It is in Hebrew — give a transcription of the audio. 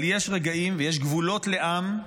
אבל יש רגעים ויש גבולות לעם,